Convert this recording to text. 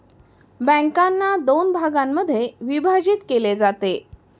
बँकांना दोन भागांमध्ये विभाजित केले जाते